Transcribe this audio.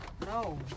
No